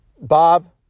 Bob